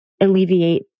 alleviate